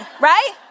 Right